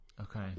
okay